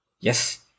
yes